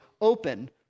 open